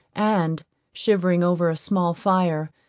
and, shivering over a small fire,